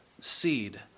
seed